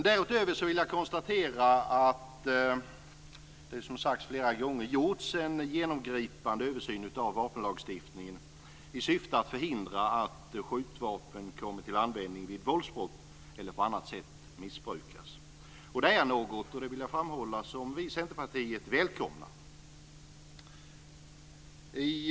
Därutöver vill jag konstatera att det, som flera gånger har sagts, har gjorts en genomgripande översyn av vapenlagstiftningen i syfte att förhindra att skjutvapen kommer till användning vid våldsbrott eller på annat sätt missbrukas. Jag vill framhålla att det är något som vi i Centerpartiet välkomnar.